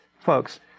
folks